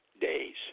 days